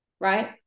right